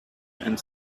and